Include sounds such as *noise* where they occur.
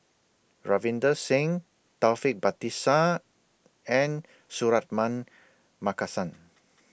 Ravinder Singh Taufik Batisah and Suratman Markasan *noise*